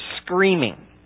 screaming